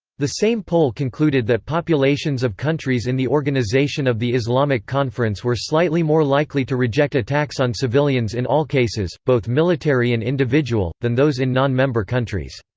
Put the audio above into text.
the same poll concluded that populations of countries in the organisation of the islamic conference were slightly more likely to reject attacks on civilians in all cases, both military and individual, than those in non-member countries.